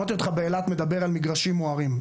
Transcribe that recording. שמעתי אותך באילת מדבר על מגרשים מוארים.